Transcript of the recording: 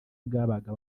bwabaga